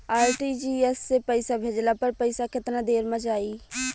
RTGS से पईसा भेजला पर पईसा केतना देर म जाई?